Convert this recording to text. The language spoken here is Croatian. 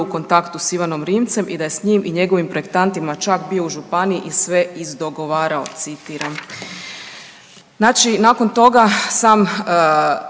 u kontaktu s Ivanom Rimcem i da je s njim i njegovim projektantima čak bio u županiji i sve izdogovarao, citiram.